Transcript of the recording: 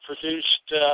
produced